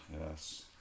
yes